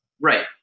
right